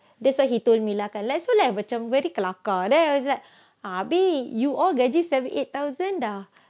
that's why he told me lah kan so like macam very kelakar then I was like abby you all gaji seventy eight thousand dah